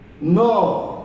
No